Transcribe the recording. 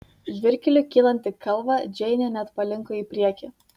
žvyrkeliu kylant į kalvą džeinė net palinko į priekį